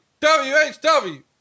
WHW